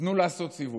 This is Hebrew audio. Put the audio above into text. תנו לי לעשות סיבוב.